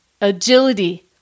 agility